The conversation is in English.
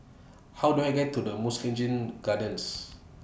How Do I get to The Mugliston Gardens